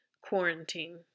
Quarantine